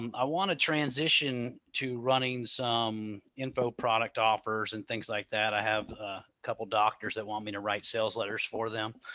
um i want to transition to running some info product offers and things like that. i have a couple doctors that want me to write sales letters for them.